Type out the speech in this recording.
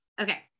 Okay